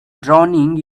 drowning